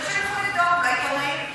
לבדוק, אולי עיתונאים.